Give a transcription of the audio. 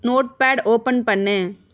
note pad open பண்ணு